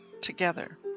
together